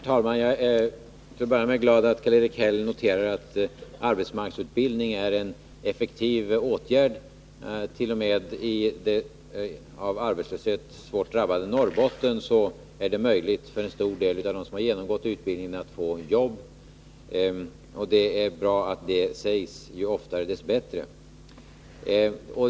Herr talman! Jag är glad att Karl-Erik Häll noterar att arbetsmarknadsutbildning är en effektiv åtgärd. T. o. m. i det av arbetslöshet svårt drabbade Norrbotten är det möjligt för en stor del av dem som har genomgått utbildningen att få jobb. Det är bra att det sägs — ju oftare, desto bättre.